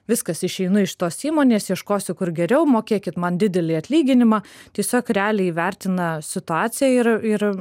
viskas išeinu iš tos įmonės ieškosiu kur geriau mokėkit man didelį atlyginimą tiesiog realiai įvertina situaciją ir ir